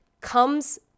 comes